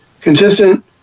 consistent